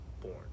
born